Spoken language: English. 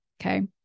Okay